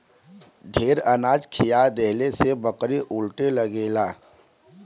ढेर अनाज खिया देहले से बकरी उलटे लगेला